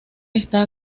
está